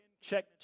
Check